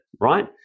right